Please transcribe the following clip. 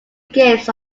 games